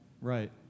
right